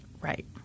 Right